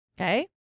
Okay